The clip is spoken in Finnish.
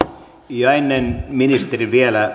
ja vielä ennen kuin ministeri käyttää